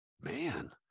man